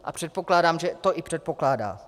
A předpokládám, že to i předpokládá.